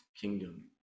kingdom